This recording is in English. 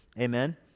Amen